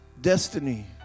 Destiny